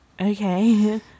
Okay